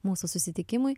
mūsų susitikimui